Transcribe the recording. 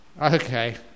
Okay